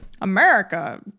America